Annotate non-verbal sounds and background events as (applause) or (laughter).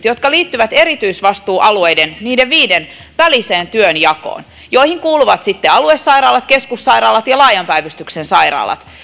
(unintelligible) jotka liittyvät erityisvastuualueiden väliseen työnjakoon niiden viiden joihin kuuluvat sitten aluesairaalat keskussairaalat ja laajan päivystyksen sairaalat